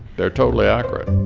they're totally accurate